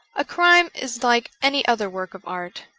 a crime is like any other work of art.